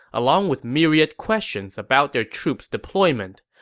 along with myriad questions about their troops' deployment.